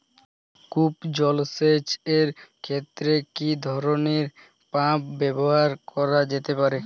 কূপ জলসেচ এর ক্ষেত্রে কি ধরনের পাম্প ব্যবহার করা যেতে পারে?